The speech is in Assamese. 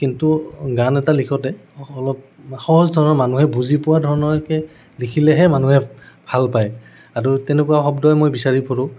কিন্তু গান এটা লিখোতে অলপ সহজ ধৰণৰ মানুহে বুজি পোৱা ধৰণকে লিখিলেহে মানুহে ভাল পায় আৰু তেনেকুৱা শব্দই মই বিচাৰি ফুৰো